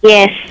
Yes